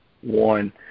one